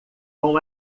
com